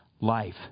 Life